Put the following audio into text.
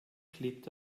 klebt